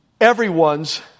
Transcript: everyone's